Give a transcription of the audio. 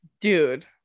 Dude